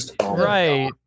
right